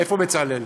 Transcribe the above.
איפה בצלאל?